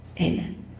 amen